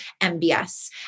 MBS